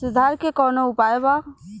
सुधार के कौनोउपाय वा?